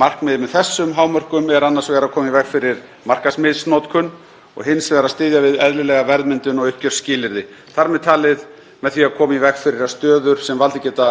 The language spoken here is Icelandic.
Markmiðið með þessum hámörkum er annars vegar að koma í veg fyrir markaðsmisnotkun og hins vegar að styðja við eðlilega verðmyndun og uppgjörsskilyrði, þar með talið með því að koma í veg fyrir stöður sem valdið geta